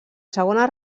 segona